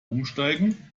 umsteigen